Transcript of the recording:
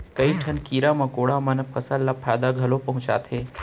कई ठन कीरा मकोड़ा मन फसल ल फायदा घलौ पहुँचाथें